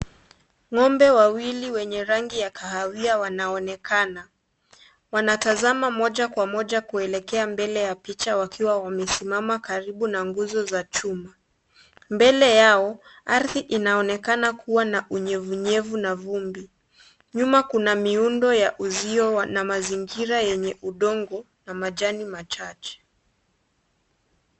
Ng'ombe wawili wenye rangi ya kahawia wanaonekana. Wanatazama moja kwa moja kuelekea mbele ya picha wakiwa wamesimama karibu na nguzo za chuma. Mbele yao, ardhi inaonekana kuwa na unyevunyevu na vumbi. Nyuma kuna miundo ya uzio na mazingira yenye udongo na majani machache.